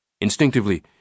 Instinctively